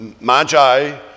magi